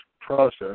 process